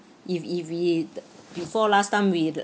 if if we before last time we